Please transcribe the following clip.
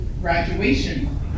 graduation